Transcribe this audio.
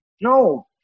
No